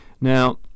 Now